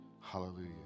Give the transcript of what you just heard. Hallelujah